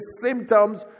symptoms